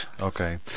Okay